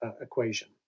equation